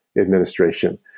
administration